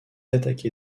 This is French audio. attaqué